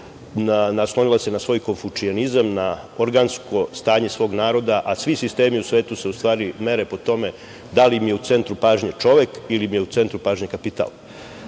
Naslonila se na svoj konfučionizam, na organsko stanje svog naroda, a svi sistemi u svetu se u stvari mere po tome da li mi je u centru pažnje čovek ili mi je u centru pažnje kapital. Vi